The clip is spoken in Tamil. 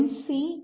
C D